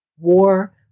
war